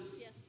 Yes